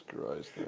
Christ